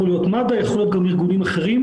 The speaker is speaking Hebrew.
יכול להיות מד"א, יכול להיות גם ארגונים אחרים.